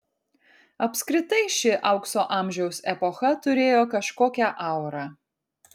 apskritai ši aukso amžiaus epocha turėjo kažkokią aurą